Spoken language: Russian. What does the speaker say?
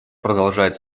продолжает